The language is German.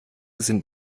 sind